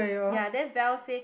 ya then Val say